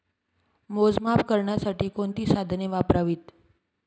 मोजमाप करण्यासाठी कोणती साधने वापरावीत?